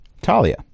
Talia